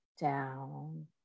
down